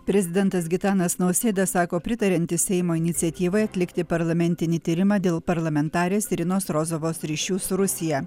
prezidentas gitanas nausėda sako pritariantis seimo iniciatyvai atlikti parlamentinį tyrimą dėl parlamentarės irinos rozovos ryšių su rusija